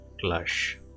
Clash